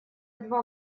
два